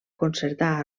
concertar